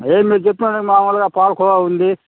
అదే మీరు చెప్పారుగా మాములుగా పాలకోవా ఉంది